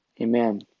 Amen